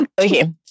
Okay